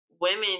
women